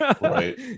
right